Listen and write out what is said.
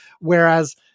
Whereas